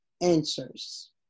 answers